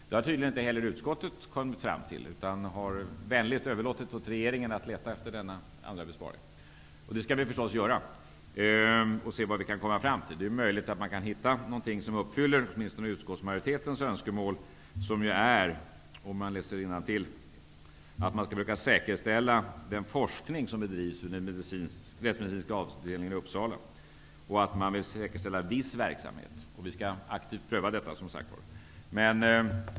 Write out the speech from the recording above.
Det har tydligen inte heller utskottet kunnat komma fram till utan vänligt överlåtit åt regeringen att leta efter en sådan möjlighet. Vi skall naturligtvis göra det och se vad vi kan komma fram till. Det är möjligt att man kan hitta någonting som åtminstone uppfyller utskottsmajoritetens önskemål, som ju är att vi skall försöka säkerställa den forskning som bedrivs inom den rättsmedicinska avdelningen i Uppsala och säkerställa viss verksamhet. Vi skall aktivt pröva detta.